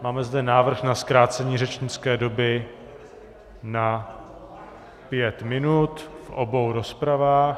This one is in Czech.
Máme zde návrh na zkrácení řečnické doby na pět minut v obou rozpravách.